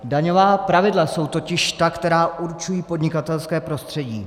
Daňová pravidla jsou totiž ta, která určují podnikatelské prostředí.